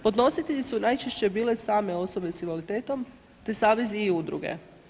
Podnositelji su najčešće bile same osobe s invaliditetom te savezi i udruge.